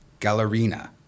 gallerina